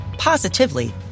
Positively